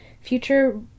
future